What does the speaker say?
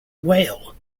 whale